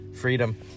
freedom